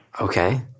Okay